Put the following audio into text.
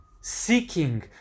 seeking